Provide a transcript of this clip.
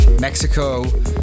Mexico